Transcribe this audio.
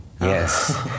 yes